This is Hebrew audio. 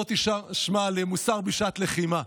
בוא תשמע על מוסר בשעת לחימה.